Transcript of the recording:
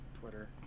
Twitter